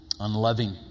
Unloving